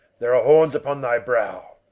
there are horns upon thy brow!